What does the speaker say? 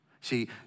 See